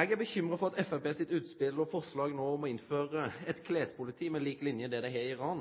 Eg er bekymra for at Framstegspartiets utspel og forslag om å innføre eit klespoliti på lik linje med det dei har i Iran,